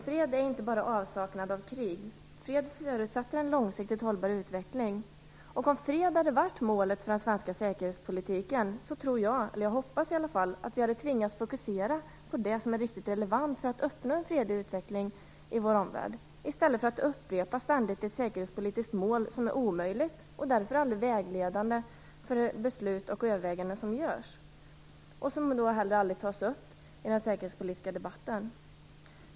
Fred är inte bara avsaknad av krig. Fred förutsätter en långsiktigt hållbar utveckling. Om fred hade varit målet för den svenska säkerhetspolitiken tror jag - jag hoppas det i alla fall - att vi hade tvingats fokusera på det som är riktigt relevant för att uppnå en fredlig utveckling i vår omvärld i stället för att ständigt upprepa ett säkerhetspolitiskt mål som är omöjligt, som därför aldrig är vägledande för de beslut och överväganden som görs och som därför heller aldrig tas upp i den säkerhetspolitiska debatten.